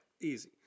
Easy